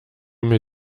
mir